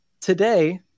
today